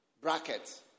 bracket